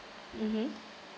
mmhmm